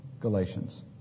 Galatians